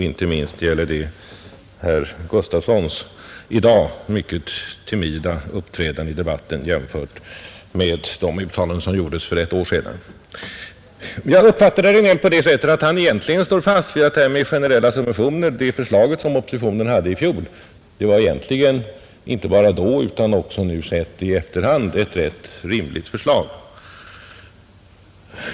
Inte minst gäller detta herr Gustafsons i Göteborg i dag mycket timida uppträdande i debatten jämfört med de uttalanden han gjorde för ett år sedan. Jag uppfattade herr Regnéll på det sättet att han står fast vid att det förslag som oppositionen hade i fjol beträffande generella subventioner egentligen inte bara då utan även nu sett i efterhand var ett rätt rimligt förslag.